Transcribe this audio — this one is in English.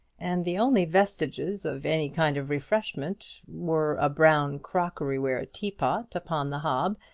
and the only vestiges of any kind of refreshment were a brown crockery-ware teapot upon the hob,